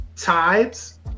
Tides